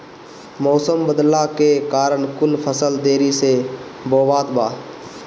मउसम बदलला के कारण कुल फसल देरी से बोवात बा